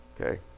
okay